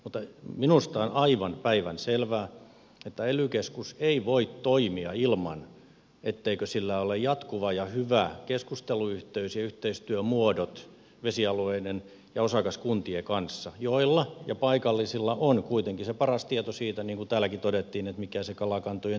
mutta minusta on aivan päivänselvää että ely keskus ei voi toimia ilman että sillä on jatkuva ja hyvä keskusteluyhteys ja yhteistyömuodot vesialueiden ja osakaskuntien kanssa joilla paikallisten lisäksi on kuitenkin se paras tieto siitä niin kuin täälläkin todettiin mikä se kalakantojen tila on